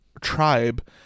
tribe